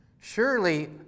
Surely